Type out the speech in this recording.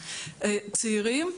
צעירים,